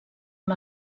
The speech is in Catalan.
amb